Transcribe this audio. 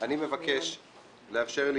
אני מבקש לאפשר לי